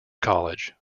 college